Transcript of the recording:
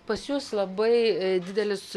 pas jus labai didelis